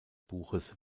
buches